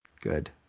Good